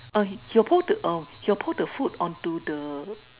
uh he will pour the uh he will pour the food onto the uh